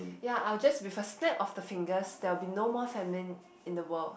ya I would just with a snap of the finger there will be no more famine in the world